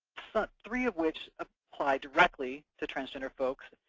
three of which apply directly to transgender folks,